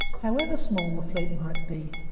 however small the fleet might be.